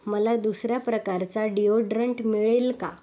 मला दुसऱ्या प्रकारचा डिओड्रंट मिळेल का